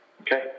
Okay